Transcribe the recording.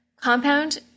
Compound